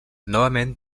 novament